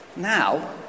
Now